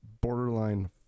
borderline